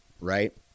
right